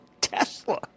Tesla